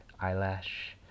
Eyelash